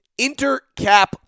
Intercap